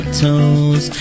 toes